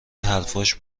حرفاش